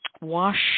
wash